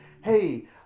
hey